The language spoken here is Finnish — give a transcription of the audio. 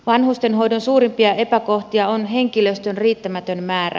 vanhustenhoidon suurimpia epäkohtia on henkilöstön riittämätön määrä